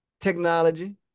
technology